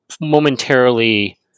momentarily